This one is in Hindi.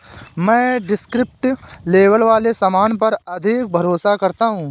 मैं डिस्क्रिप्टिव लेबल वाले सामान पर अधिक भरोसा करता हूं